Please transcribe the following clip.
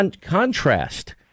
contrast